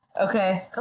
Okay